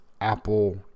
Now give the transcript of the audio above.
Apple